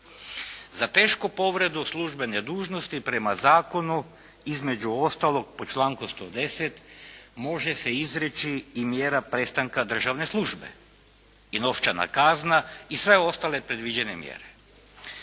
Za tešku povredu službene dužnosti prema zakonu, između ostalog po članku 110., može se izreći i mjera prestanka državne službe i novčana kazna i sve ostale predviđene mjere.